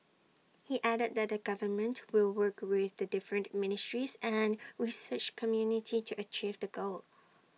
he added that the government will work with the different ministries and research community to achieve the goal